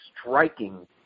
striking